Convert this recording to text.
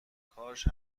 کاش